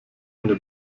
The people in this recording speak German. eine